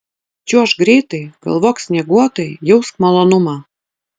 čiuožk greitai galvok snieguotai jausk malonumą